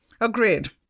Agreed